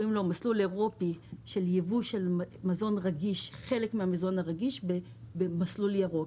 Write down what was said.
שנקרא "מסלול אירופי" של ייבוא חלק מהמזון הרגיש במסלול ירוק.